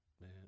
man